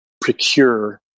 procure